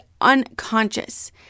unconscious